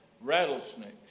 rattlesnakes